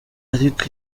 ariko